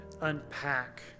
unpack